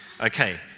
okay